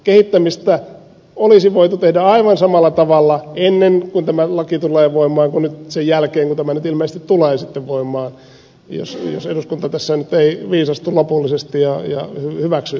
kehittämistä olisi voitu tehdä aivan samalla tavalla ennen kuin tämä laki tulee voimaan kuin nyt sen jälkeen kun tämä nyt ilmeisesti tulee voimaan jos eduskunta tässä nyt ei viisastu lopullisesti ja hyväksy hylkäysesitystä